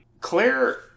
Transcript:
claire